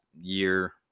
year